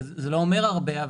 זה לא אומר הרבה,